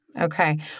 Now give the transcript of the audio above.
Okay